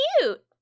cute